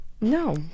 no